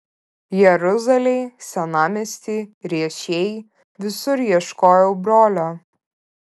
jeruzalėj senamiesty riešėj visur ieškojau brolio